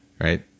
right